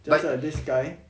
just like this guy